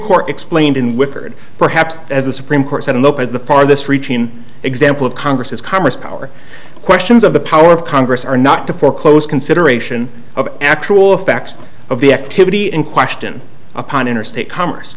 court explained in wickard perhaps as the supreme court said and as the farthest reaching example of congress's commerce power questions of the power of congress are not to foreclose consideration of actual facts of the activity in question upon interstate commerce